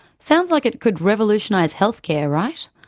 sounds like it could revolutionise healthcare, right?